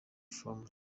from